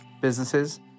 businesses